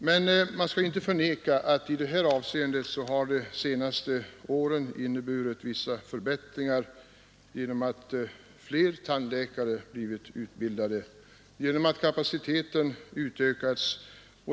Men det skall inte förnekas att i detta avseende de senaste åren inneburit vissa förbättringar genom att fler tandläkare blivit utbildade tack vare att kapaciteten utökats.